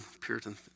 Puritan